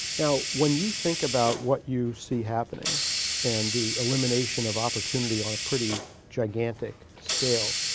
now, when you think about what you see happening and the elimination of opportunity on a pretty gigantic scale,